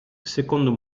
secondo